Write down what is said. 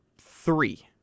three